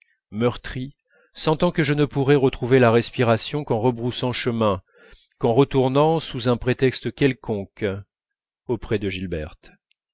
meurtri sentant que je ne pourrais retrouver la respiration qu'en rebroussant chemin qu'en retournant sous un prétexte quelconque auprès de gilberte